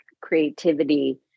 creativity